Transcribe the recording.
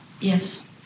Yes